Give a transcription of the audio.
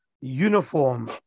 uniform